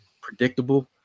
Predictable